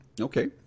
Okay